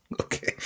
Okay